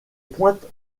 pointe